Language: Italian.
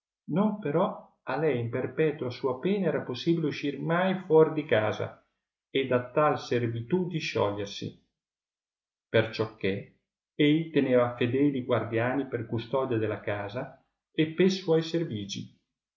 non però a lei in perpetua sua pena era possibile uscir mai fuori di casa e da tal servitù disciolgersi perciò che ei teneva fedeli guardiani per custodia della casa e pe suoi servigi